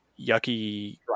yucky